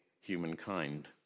humankind